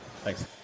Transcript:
Thanks